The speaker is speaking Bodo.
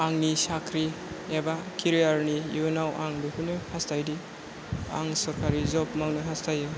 आंनि साख्रि एबा केरियारनि इयुनाव आं बेखौनो हास्थायोदि आं सोरखारि जब मावनो हास्थायो